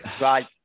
Right